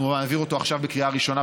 אנחנו נעביר אותו עכשיו בקריאה ראשונה,